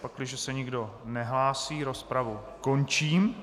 Pakliže se nikdo nehlásí, rozpravu končím.